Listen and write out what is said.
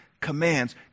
commands